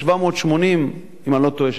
אם אני לא טועה,